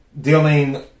Dealing